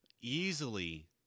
easily